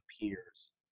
peers